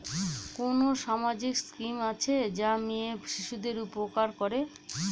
কোন সামাজিক স্কিম আছে যা মেয়ে শিশুদের উপকার করে?